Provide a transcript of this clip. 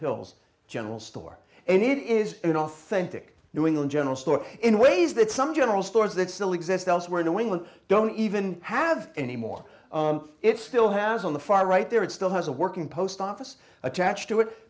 hills general store and it is an authentic new england general store in ways that some general stores that still exist elsewhere new england don't even have anymore it still has on the far right there it still has a working post office attached to it